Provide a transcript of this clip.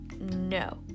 No